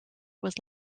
was